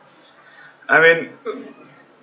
I mean